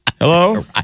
Hello